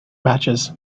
matches